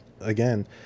again